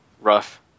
rough